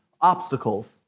obstacles